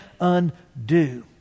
undo